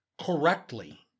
correctly